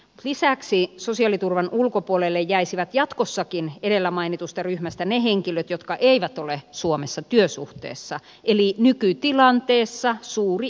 lisäksi sosiaaliturvan ulkopuolelle jäisivät jatkossakin edellä mainitusta ryhmästä ne henkilöt jotka eivät ole suomessa työsuhteessa eli nykytilanteessa suuri enemmistö